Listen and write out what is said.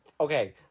Okay